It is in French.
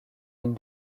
ligne